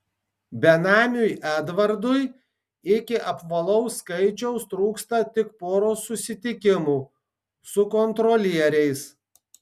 benamiui edvardui iki apvalaus skaičiaus trūksta tik poros susitikimų su kontrolieriais